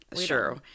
sure